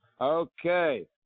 Okay